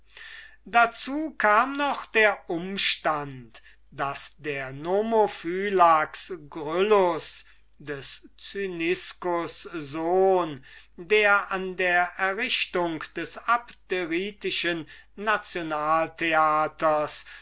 dazu kam noch der umstand daß der nomophylax gryllus cyniskus sohn der an der errichtung des abderitischen nationaltheaters